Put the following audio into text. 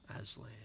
Aslan